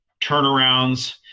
turnarounds